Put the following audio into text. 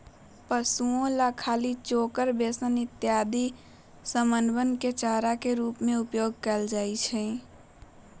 पशुअन ला खली, चोकर, बेसन इत्यादि समनवन के चारा के रूप में उपयोग कइल जाहई